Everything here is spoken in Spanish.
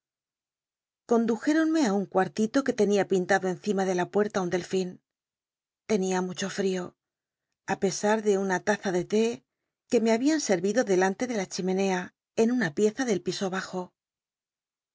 condujéronme á un cuartito r ue tenia pintado encima de la puerta un delfín mucho frio á pesar de una taia de té que me habían sel'ido delante de la chimenea en una pieza del piso bajo